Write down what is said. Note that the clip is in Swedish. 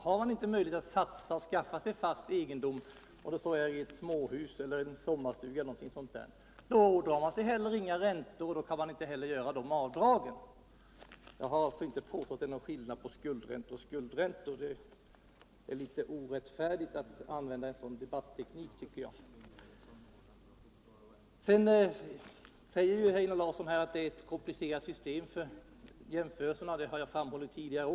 Har man inte möjlighet att skaffa sig någon fast egendom i form av småhus, sommarstuga e. d. som man kan belåna, ådrar man sig inte heller några räntor för vilka man kan göra avdrag. Jag har inte påstått att det är någon skillnad på skuldräntor och skuldräntor. Det är litet orättfärdigt att använda en sådan debatteknik, tycker jag. Sedan sade Einar Larsson att det är ett komplicerat system när man vill göra jämförelser. Det har också jag framhållit tidigare.